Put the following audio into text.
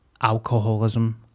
alcoholism